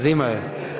Zima je.